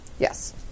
Yes